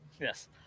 Yes